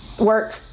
work